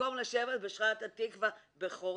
במקום לשבת בחורים בשכונת התקווה ולהירצח,